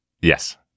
yes